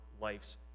life's